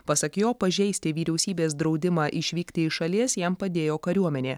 pasak jo pažeisti vyriausybės draudimą išvykti iš šalies jam padėjo kariuomenė